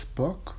book